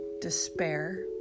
despair